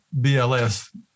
BLS